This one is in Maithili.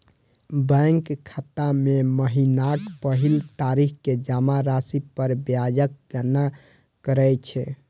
बैंक खाता मे महीनाक पहिल तारीख कें जमा राशि पर ब्याजक गणना करै छै